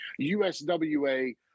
USWA